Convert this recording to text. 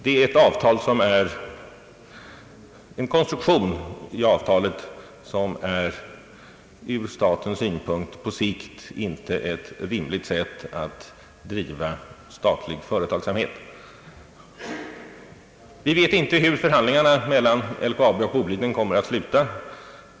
Det är en avtalskonstruktion som ur statens synpunkt på sikt inte är ett rimligt sätt att driva statlig företagsamhet. Vi vet inte hur förhandlingarna mellan LKAB och Boliden kommer att sluta.